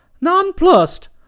Nonplussed